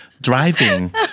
driving